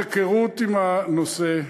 מתוך היכרות עם הנושא,